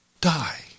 die